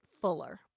fuller